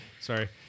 Sorry